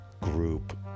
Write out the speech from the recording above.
group